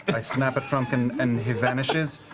i snap at frumpkin, and he vanishes,